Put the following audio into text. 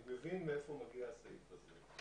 אני מבין מאיפה מגיע הסעיף הזה,